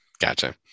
gotcha